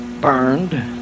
burned